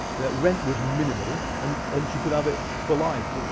that rent was minimal. and and she could have it for life.